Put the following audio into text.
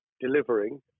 delivering